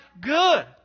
good